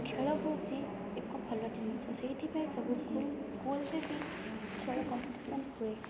ଖେଳ ହେଉଛି ଏକ ଭଲ ଜିନିଷ ସେଇଥିପାଇଁ ସବୁ ସ୍କୁଲ୍ ସ୍କୁଲ୍ରେ ବି ଖେଳ କମ୍ପିଟିସନ୍ ହୁଏ